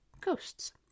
ghosts